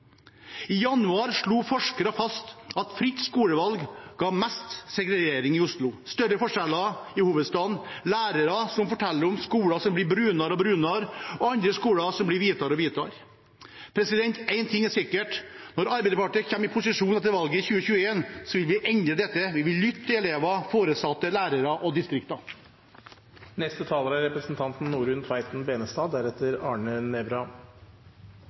I januar slo forskere fast at fritt skolevalg ga mest segregering i Oslo, større forskjeller i hovedstaden, lærere som forteller om skoler som blir brunere og brunere, og andre skoler som blir hvitere og hvitere. En ting er sikkert: Når Arbeiderpartiet kommer i posisjon etter valget i 2021, vil vi endre dette – vi vil lytte til elevene, foresatte, lærerne og